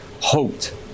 hoped